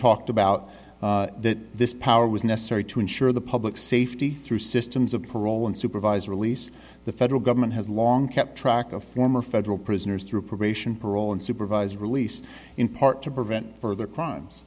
talked about that this power was necessary to ensure the public safety through systems of parole and supervised release the federal government has long kept track of former federal prisoners through probation parole and supervised release in part to prevent further crimes